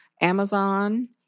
Amazon